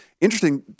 interesting